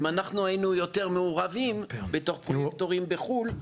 אם היינו יותר מעורבים בתור פרויקטורים בחו"ל,